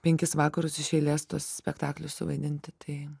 penkis vakarus iš eilės tuos spektaklių suvaidinti tai